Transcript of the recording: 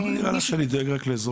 למה נראה לך שאני דואג רק לאזור מסוים?